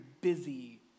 busy